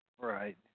right